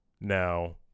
now